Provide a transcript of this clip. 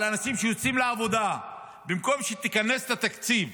אנשים שיוצאים לעבודה במקום שתיכנס לתקציב